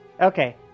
Okay